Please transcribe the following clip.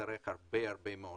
הרבה מאוד שיקום.